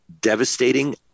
devastating